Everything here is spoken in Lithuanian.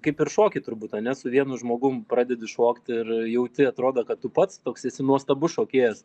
kaip ir šoky turbūt ane su vienu žmogum pradedi šokt ir jauti atrodo kad tu pats toks esi nuostabus šokėjas